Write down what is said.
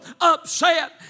upset